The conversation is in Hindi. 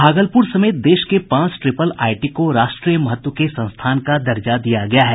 भागलपुर समेत देश के पांच ट्रिपल आईटी को राष्ट्रीय महत्व के संस्थान का दर्जा दिया गया है